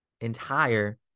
entire